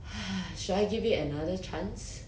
!hais! should I give it another chance